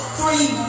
three